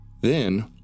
Then